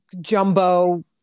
jumbo